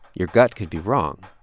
your gut could be wrong.